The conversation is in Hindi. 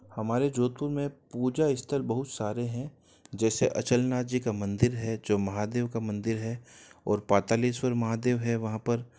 हमारे जोधपुर में पूजा स्थल बहुत सारे हैं जैसे अचलनाथ जी का मंदिर है जो महादेव का मंदिर है और पातालेश्वर महादेव है वहाँ पर